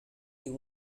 you